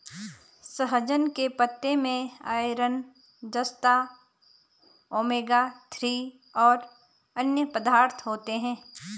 सहजन के पत्ते में आयरन, जस्ता, ओमेगा थ्री और अन्य पदार्थ होते है